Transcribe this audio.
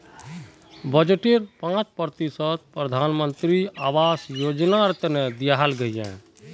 बजटेर पांच प्रतिशत प्रधानमंत्री आवास योजनार तने दियाल गहिये